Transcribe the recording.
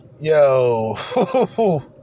Yo